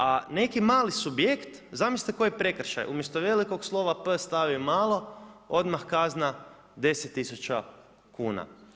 A neki mali subjekt, zamislite koji prekršaji umjesto velikog slova „P“ stavi malo, odmah kazna 10 tisuća kuna.